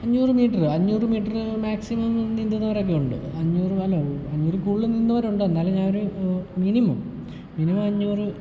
അഞ്ഞൂറ് മീറ്റർ അഞ്ഞൂറ് metre maximum നീന്തുന്നവരൊക്കെ ഉണ്ട് അഞ്ഞൂറ് അല്ല അഞ്ഞൂറിൽ കൂടുതൽ നീന്തുന്നവരുണ്ട് എന്നാലും ഞാൻ ഒരു മിനിമം മിനിമം അഞ്ഞൂറ്